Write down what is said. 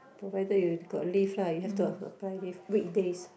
provided you got leave lah you have to apply leave weekdays